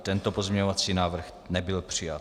Tento pozměňovací návrh nebyl přijat.